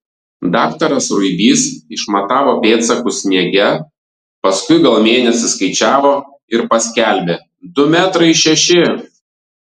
daktaras ruibys išmatavo pėdsakus sniege paskui gal mėnesį skaičiavo ir paskelbė du metrai šeši